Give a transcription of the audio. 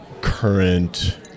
current